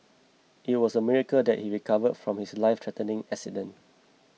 it was a miracle that he recovered from his lifethreatening accident